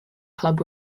club